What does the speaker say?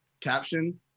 caption